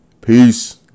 peace